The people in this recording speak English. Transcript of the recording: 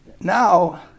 now